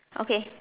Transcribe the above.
okay